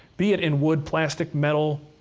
be it in wood, plastic, metal,